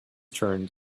turned